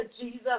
Jesus